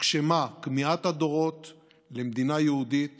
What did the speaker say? הוגשמה כמיהת הדורות למדינה יהודית